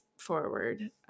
forward